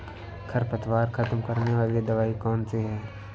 खरपतवार खत्म करने वाली दवाई कौन सी है?